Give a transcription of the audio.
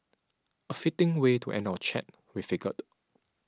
a fitting way to end our chat we figured